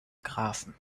grafen